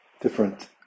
different